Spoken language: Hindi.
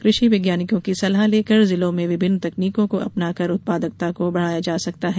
कुषि वैज्ञानिकों की सलाह लेकर जिलों में विभिन्न तकनीकों को अपनाकर उत्पादकता को बढ़ाया जा सकता है